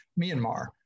Myanmar